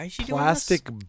plastic